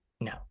No